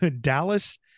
Dallas